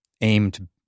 aimed